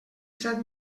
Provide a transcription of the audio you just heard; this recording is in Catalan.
set